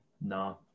No